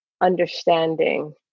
understanding